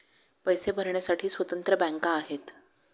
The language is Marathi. पैसे भरण्यासाठी स्वतंत्र बँका आहेत